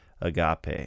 Agape